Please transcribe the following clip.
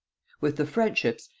with the friendships,